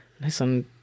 Listen